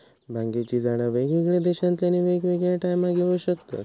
भांगेची झाडा वेगवेगळ्या देशांतल्यानी वेगवेगळ्या टायमाक येऊ शकतत